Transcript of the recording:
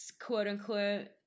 quote-unquote